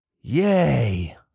yay